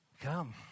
Come